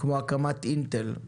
כמו למשל הקמת אינטל,